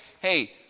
hey